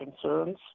concerns